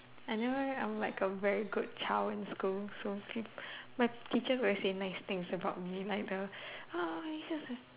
I never I'm like a very good child in school so my teacher always say very nice things about me like uh oh